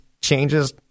changes